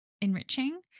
enriching